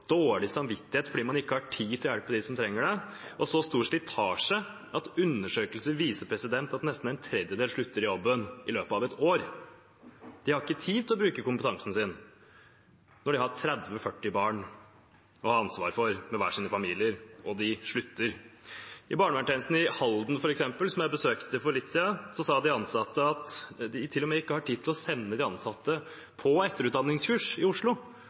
dårlig samvittighet fordi man ikke har tid til å hjelpe dem som trenger det, og så stor slitasje at undersøkelser viser at nesten en tredjedel slutter i jobben i løpet av et år. De har ikke tid til å bruke kompetansen sin når de har 30–40 barn å ha ansvar for, med hver sine familier, og de slutter. I barnevernstjenesten i Halden, f.eks., som jeg besøkte for litt siden, sa de ansatte at de i tillegg ikke har tid til å sende de ansatte på etterutdanningskurs i Oslo